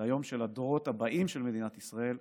ליום של הדורות הבאים של מדינת ישראל,